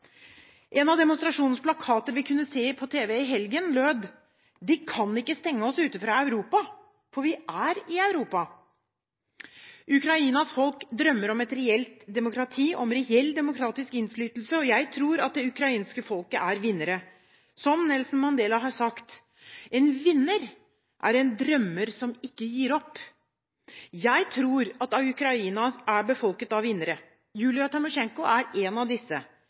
En av demonstrasjonens plakater, som vi kunne se på tv i helgen, lød: De kan ikke stenge oss ute fra Europa, for vi er i Europa. Ukrainas folk drømmer om et reelt demokrati og reell demokratisk innflytelse, og jeg tror at det ukrainske folket er vinnere. Som Nelson Mandela har sagt: En vinner er en drømmer som ikke gir opp. Jeg tror at Ukraina er befolket av vinnere. Julia Timosjenko er en av disse.